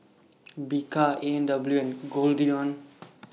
Bika A and W and Goldlion